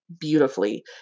beautifully